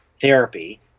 therapy